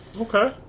Okay